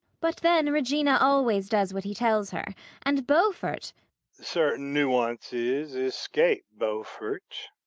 but then regina always does what he tells her and beaufort certain nuances escape beaufort,